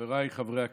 חבריי חברי הכנסת,